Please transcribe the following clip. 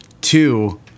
Two